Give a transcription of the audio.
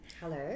Hello